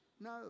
no